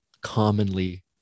commonly